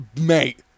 mate